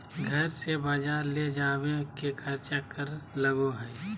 घर से बजार ले जावे के खर्चा कर लगो है?